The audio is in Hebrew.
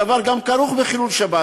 הדבר גם כרוך בחילול שבת,